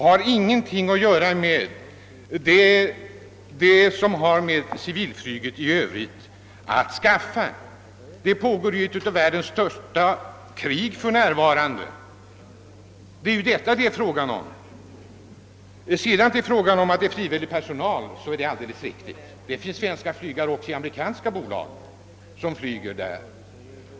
Och det har ingenting med civilflyget i övrigt att skaffa. Det pågår ju för närvarande ett av världens största krig i Vietnam. Det är ytterst den saken det här gäller. Det är alldeles riktigt att det gäller frivillig personal, och det finns svenska flygare också i amerikanska bolag som flyger där.